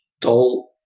told